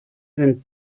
sind